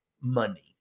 money